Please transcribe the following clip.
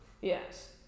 Yes